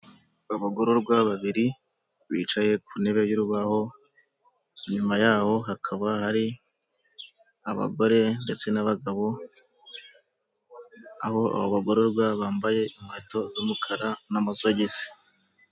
Abagororwa babiri bicaye ku ntebe y'urubaho, nyuma yaho hakaba hari abagore ndetse n'abagabo, abo bagororwa bambaye inkweto z'umukara n'amasogisi.